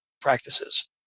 practices